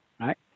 right